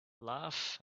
laugh